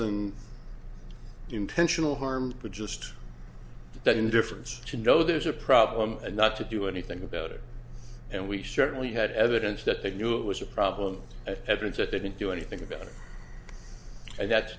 than intentional harm but just that indifference to know there's a problem and not to do anything about it and we certainly had evidence that they knew it was a problem evidence that they didn't do anything about it and that